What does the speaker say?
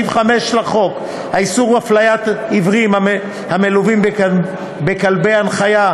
1. סעיף 5 לחוק איסור הפליית עיוורים המלווים בכלבי נחייה,